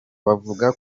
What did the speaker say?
bavuga